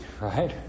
right